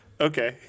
okay